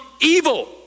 evil